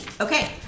Okay